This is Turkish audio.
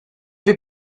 bir